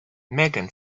megan